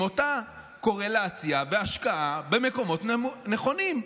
עם אותה קורלציה והשקעה במקומות נכונים.